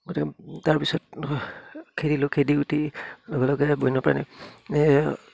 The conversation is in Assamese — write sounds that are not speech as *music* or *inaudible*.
*unintelligible* তাৰপিছত খেদিলোঁ খেদি উঠি লগে লগে বন্যপ্ৰাণী